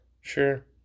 Sure